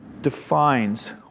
defines